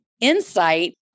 insight